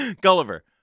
Gulliver